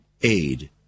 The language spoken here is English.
aid